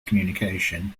communication